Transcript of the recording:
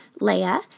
Leia